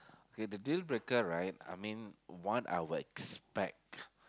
okay the deal breaker right I mean one I would expect